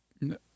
No